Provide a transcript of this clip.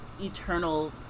eternal